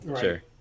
Sure